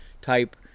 type